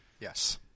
Yes